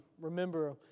remember